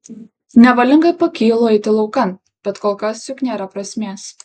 nevalingai pakylu eiti laukan bet kol kas juk nėra prasmės